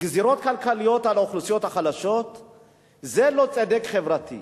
גזירות כלכליות על האוכלוסיות החלשות זה לא צדק חברתי.